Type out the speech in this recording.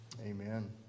amen